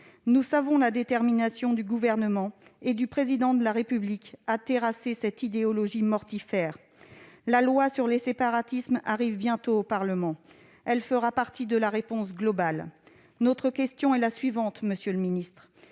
Nous savons la détermination du Gouvernement et du Président de la République à terrasser cette idéologie mortifère. Le texte sur les séparatismes arrive bientôt au Parlement. Il fera partie de la réponse globale. Monsieur le ministre,